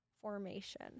formation